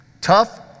Tough